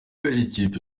ikipe